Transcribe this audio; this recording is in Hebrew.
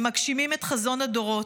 הם מגשימים את חזון הדורות.